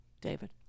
David